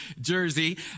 jersey